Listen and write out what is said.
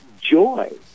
joy